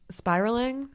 spiraling